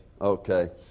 Okay